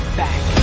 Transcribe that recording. back